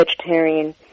vegetarian